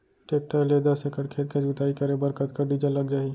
Tractor ले दस एकड़ खेत के जुताई करे बर कतका डीजल लग जाही?